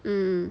mm mm